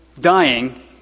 dying